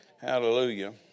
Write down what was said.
Hallelujah